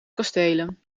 kastelen